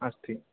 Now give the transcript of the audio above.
अस्ति